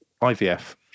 IVF